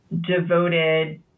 devoted